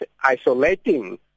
isolating